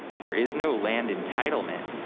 there is no land entitlement,